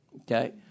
okay